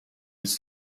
was